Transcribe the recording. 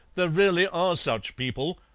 there really are such people.